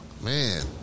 Man